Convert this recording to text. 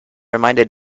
reminded